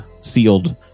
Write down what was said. sealed